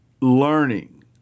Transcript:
learning